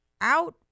out